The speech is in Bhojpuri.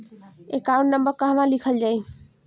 एकाउंट नंबर कहवा लिखल जाइ?